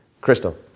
Crystal